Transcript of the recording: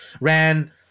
ran